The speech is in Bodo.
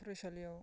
फरायसालियाव